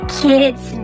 kids